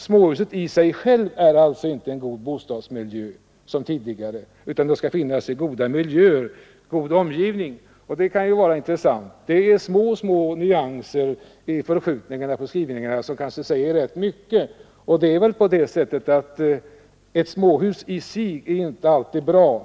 Småhuset i sig självt är alltså inte en god bostadsmiljö, som tidigare hävdades, utan det skall finnas i god omgivning, och det kan ju vara intressant. Det är små, små nyanser och förskjutningar i skrivningarna som kanske säger rätt mycket. Och det är väl på det sättet att ett småhus i sig är inte alltid bra.